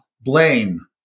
Blame